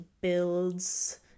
builds